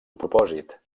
propòsit